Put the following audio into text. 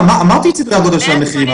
אמרתי את סדרי הגודל של המחירים,